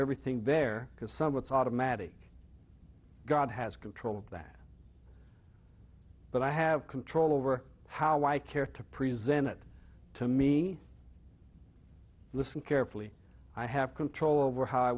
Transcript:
everything there because someone's automatic god has control of that but i have control over how i care to presented to me listen carefully i have control over how i